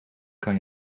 kan